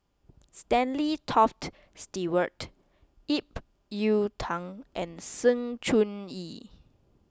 Stanley Toft Stewart Ip Yiu Tung and Sng Choon Yee